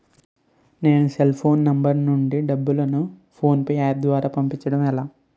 నేను cell phone number నుంచి డబ్బును ను ఫోన్పే అప్ ద్వారా పంపించడం ఎలా?